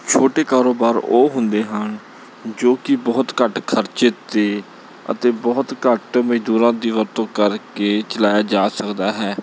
ਛੋਟੇ ਕਾਰੋਬਾਰ ਉਹ ਹੁੰਦੇ ਹਨ ਜੋ ਕਿ ਬਹੁਤ ਘੱਟ ਖਰਚੇ 'ਤੇ ਅਤੇ ਬਹੁਤ ਘੱਟ ਮਜ਼ਦੂਰਾਂ ਦੀ ਵਰਤੋਂ ਕਰਕੇ ਚਲਾਇਆ ਜਾ ਸਕਦਾ ਹੈ